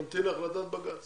נמתין להחלטת בג"צ.